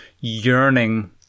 yearning